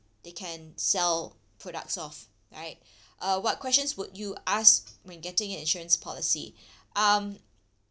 they can sell products of right uh what questions would you ask when getting your insurance policy um